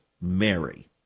Mary